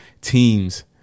teams